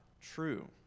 true